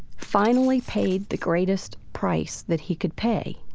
finally paid the greatest price that he could pay